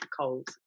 cold